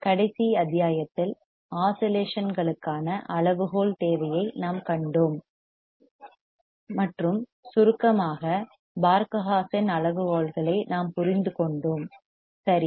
கடைசி அத்தியாயத்தில் ஆஸிலேஷன் களுக்கான அளவுகோல் தேவையை நாம் கண்டோம் மற்றும் சுருக்கமாக பார்க ஹா சென் அளவுகோல்களை நாம் புரிந்து கொண்டோம் சரி